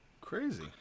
Crazy